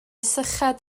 syched